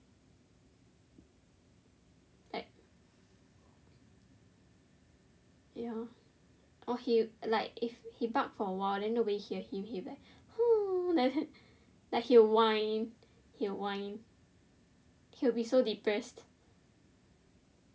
like ya lor or he like if he bark for awhile then nobody hear him he will be like then like he will whine he will whine he will be so depressed